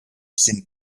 sind